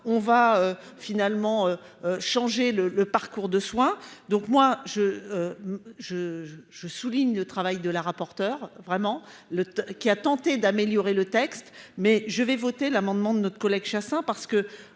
On va finalement. Changé le, le parcours de soins. Donc moi je. Je je je souligne le travail de la rapporteure vraiment le qui a tenté d'améliorer le texte mais je vais voter l'amendement de notre collègue chassant parce que